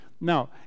Now